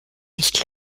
nicht